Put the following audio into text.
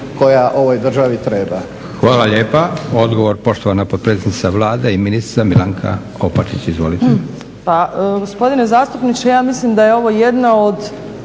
koja ovoj državi treba.